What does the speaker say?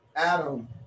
Adam